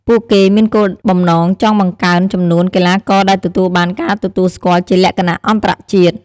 ពួកគេមានគោលបំណងចង់បង្កើនចំនួនកីឡាករដែលទទួលបានការទទួលស្គាល់ជាលក្ខណៈអន្តរជាតិ។